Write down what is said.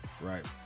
Right